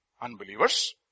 unbelievers